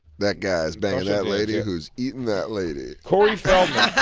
that guy is banging that lady who's eatin' that lady. corey feldman.